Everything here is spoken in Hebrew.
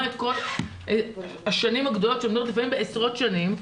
את השנים הרבות שהן לפעמים עשרות שנים,